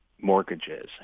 mortgages